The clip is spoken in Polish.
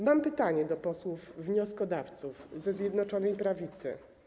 Mam pytanie do posłów wnioskodawców ze Zjednoczonej Prawicy.